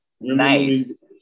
Nice